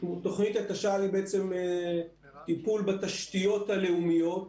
תוכנית התש"ל היא בעצם טיפול בתשתיות הלאומיות,